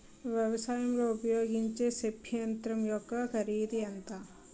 వ్యవసాయం లో ఉపయోగించే స్ప్రే యంత్రం యెక్క కరిదు ఎంత?